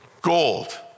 gold